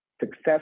Success